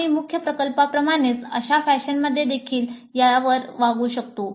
आम्ही मुख्य प्रकल्पाप्रमाणेच अशा फॅशनमध्ये देखील यावर वागवू शकतो